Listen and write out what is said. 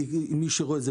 מי שרואה את זה,